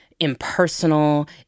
impersonal